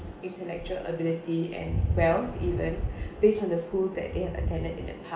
intellectual ability and wealth even based on the schools that they had attended in the